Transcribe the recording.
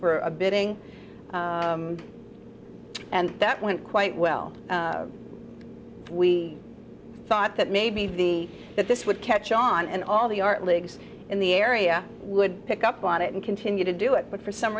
for a bidding and that went quite well we thought that maybe the that this would catch on and all the art leagues in the area would pick up on it and continue to do it but for some